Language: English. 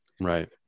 right